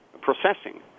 processing